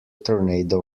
tornado